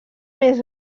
més